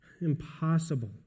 impossible